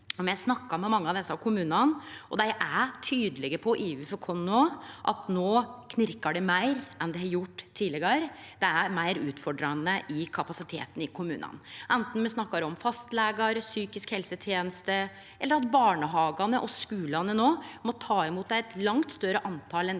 Me har snakka med mange av desse kommunane, og dei er tydelege overfor oss om at det no knirkar meir enn det har gjort tidlegare. Det er meir utfordrande for kapasiteten i kommunane, anten me snakkar om fastlegar og psykisk helseteneste eller at barnehagane og skulane no må ta imot eit langt større antal enn det